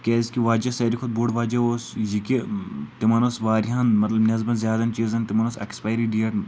کیٛازِ کہِ وجہ ساروی کھۄتہٕ بوٚڑ وجہ اوس یہِ کہِ تِمن اوس واریاہن مطلب نٮ۪صبن زیادن چیٖزن تِمن ٲسۍ اٮ۪کٕسپایری ڈیٹ